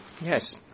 yes